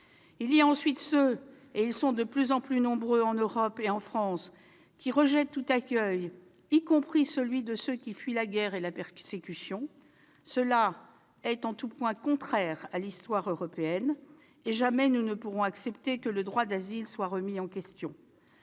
Il y a ensuite ceux- ils sont de plus en plus nombreux en Europe et en France -qui rejettent tout accueil, y compris celui de personnes qui fuient la guerre et la persécution. Cela est en tout point contraire à l'histoire européenne et jamais nous n'accepterons que le droit d'asile soit remis en question.